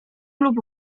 lub